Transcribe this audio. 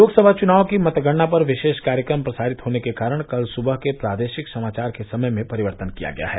लोकसभा चुनाव की मतगणना पर विशेष कार्यक्रम प्रसारित होने के कारण कल सुबह के प्रादेशिक समाचार के समय में परिवर्तन किया गया है